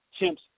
chimps